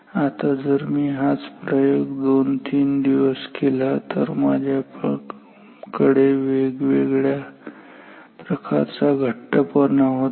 आता जर मी हाच प्रयोग दोन तीन दिवस केला जेव्हा माझ्याकडे वेगवेगळ्या प्रकारचा घट्टपणा होता